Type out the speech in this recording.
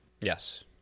Yes